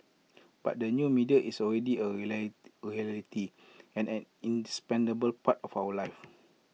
but the new media is already A reality and an indispensable part of our lives